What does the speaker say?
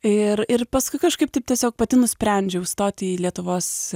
ir ir paskui kažkaip taip tiesiog pati nusprendžiau stoti į lietuvos